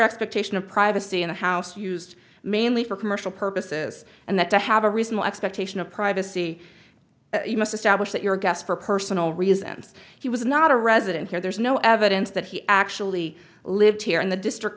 expectation of privacy in a house used mainly for commercial purposes and that to have a reasonable expectation of privacy you must establish that your guess for personal reasons he was not a resident here there's no evidence that he actually lived here in the district